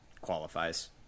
qualifies